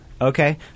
Okay